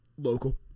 local